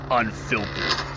unfiltered